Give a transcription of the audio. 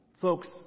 Folks